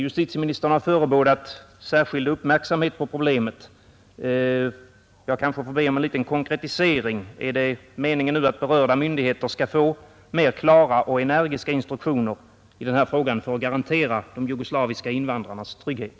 Justitieministern har förebådat särskild uppmärksamhet på problemet, men jag kanske får be om en liten konkretisering. Är det meningen att berörda myndigheter skall lämnas klarare och mera energiska instruktioner i den här frågan för att garantera de jugoslaviska invandrarnas trygghet?